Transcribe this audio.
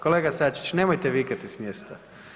Kolega Sačić nemojte vikati s mjesta.